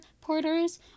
Porters